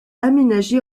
aménagé